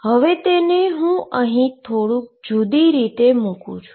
હવે તેને હુ અહી થોડુંક જુદી રીતે મુકું છું